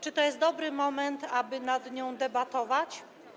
Czy to jest dobry moment, aby nad nią debatować?